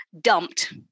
dumped